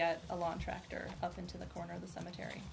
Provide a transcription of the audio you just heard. get a long tractor up into the corner of the cemetery